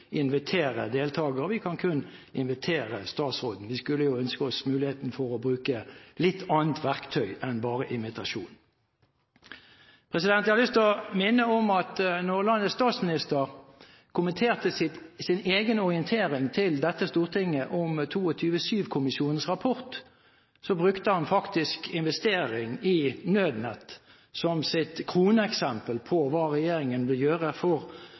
invitere deltagere, og vi kan kun invitere statsråden. Vi skulle jo ønske oss muligheten for å bruke litt annet verktøy enn bare invitasjon. Jeg har lyst til å minne om at da landets statsminister kommenterte sin egen orientering til dette stortinget om 22. juli-kommisjonens rapport, brukte han faktisk investering i nødnett som sitt kroneksempel på hva regjeringen vil gjøre for